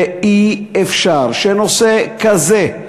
ואי-אפשר שנושא כזה,